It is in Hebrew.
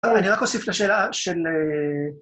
אני רק אוסיף לשאלה של...